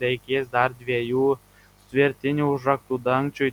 reikės dar dviejų svirtinių užraktų dangčiui